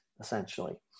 essentially